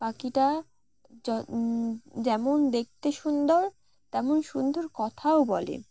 পাখিটা যেমন দেখতে সুন্দর তেমন সুন্দর কথাও বলে